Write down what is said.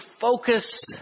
focus